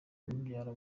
umubyara